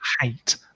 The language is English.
hate